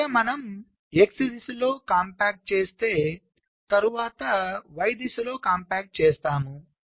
మొదట మనం x దిశలో కాంపాక్ట్ చేస్తే తరువాత y దిశలో కాంపాక్ట్ చేస్తాము